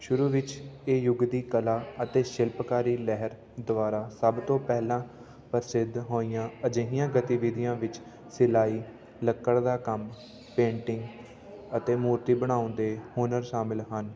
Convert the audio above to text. ਸ਼ੁਰੂ ਵਿੱਚ ਇਹ ਯੁੱਗ ਦੀ ਕਲਾ ਅਤੇ ਸ਼ਿਲਪਕਾਰੀ ਲਹਿਰ ਦੁਆਰਾ ਸਭ ਤੋਂ ਪਹਿਲਾਂ ਪ੍ਰਸਿੱਧ ਹੋਈਆਂ ਅਜਿਹੀਆਂ ਗਤੀਵਿਧੀਆਂ ਵਿੱਚ ਸਿਲਾਈ ਲੱਕੜ ਦਾ ਕੰਮ ਪੇਂਟਿੰਗ ਅਤੇ ਮੂਰਤੀ ਬਣਾਉਣ ਦੇ ਹੁਨਰ ਸ਼ਾਮਿਲ ਹਨ